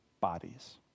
bodies